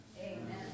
Amen